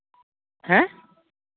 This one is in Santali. ᱦᱮᱸ